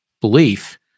belief